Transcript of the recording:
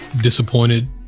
disappointed